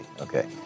Okay